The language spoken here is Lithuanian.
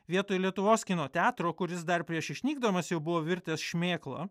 vietoj lietuvos kino teatro kuris dar prieš išnykdamas jau buvo virtęs šmėkla